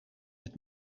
het